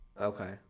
Okay